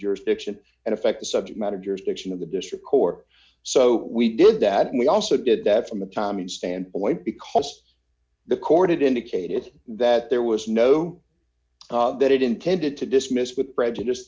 jurisdiction and affect the subject matter jurisdiction of the district court so we did that and we also did that from a timing standpoint because the court indicated that there was no that it intended to dismissed with prejudice